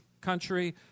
country